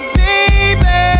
baby